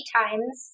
times